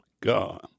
God